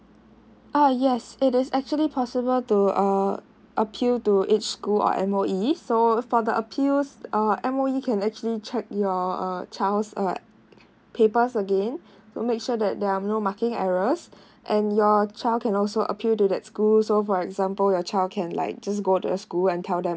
ah yes it is actually possible to uh appeal to each school or M_O_E so for the appeals uh M_O_E can actually check your uh child's uh papers again we'll make sure that there are no marking errors and your child can also appeal to that school so for example your child can like just go to the school and tell them